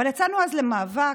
אבל יצאנו אז למאבק,